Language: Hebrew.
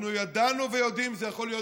אנחנו ידענו ויודעים שזה יכול להיות